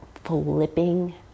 Flipping